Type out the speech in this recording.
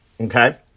okay